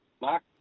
Mark